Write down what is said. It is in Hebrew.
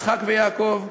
יצחק ויעקב,